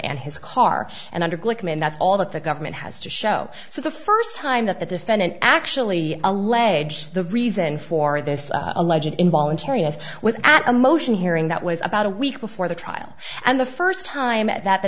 and his car and under glickman that's all that the government has to show so the first time that the defendant actually alleged the reason for this alleged involuntary is without a motion hearing that was about a week before the trial and the first time at that the